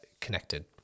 connected